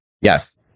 Yes